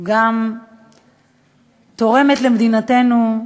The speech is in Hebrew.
גם תורמת למדינתנו,